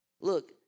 Look